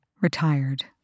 retired